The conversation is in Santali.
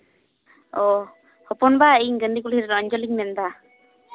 ᱚ ᱦᱚᱯᱚᱱᱵᱟ ᱤᱧ ᱜᱟᱱᱫᱷᱤ ᱠᱩᱞᱦᱤ ᱨᱮᱱ ᱚᱧᱡᱚᱞᱤᱧ ᱢᱮᱱᱫᱟ